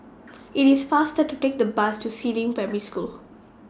IT IS faster to Take The Bus to Si Ling Primary School